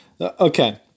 Okay